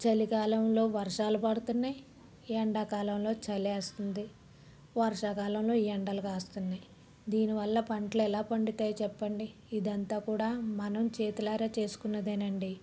చలికాలంలో వర్షాలు పడుతున్నాయి ఎండాకాలంలో చలేస్తుంది వర్షాకాలంలో ఎండలుగాస్తున్నాయి దీనివల్ల పంటలు ఎలా పండుతాయి చెప్పండి ఇదంతా కూడా మనం చేతులారా చేసుకున్నదేనండి